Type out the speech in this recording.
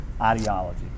ideology